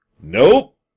Nope